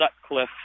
Sutcliffe